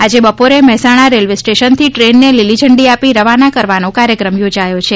આજે બપોરે મહેસાણા રેલ્વે સ્ટેશનથી ટ્રેનને લીલીઝંડી આપી રવાની કરવાનો કાર્યક્રમ યોજાયો છે